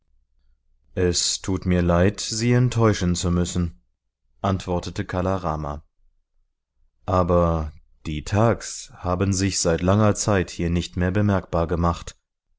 es tut mir leid sie enttäuschen zu müssen antwortete kala rama aber die thags haben sich seit langer zeit hier nicht bemerkbar gemacht